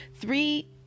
three